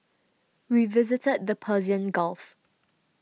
we visited the Persian Gulf